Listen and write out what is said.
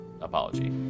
apology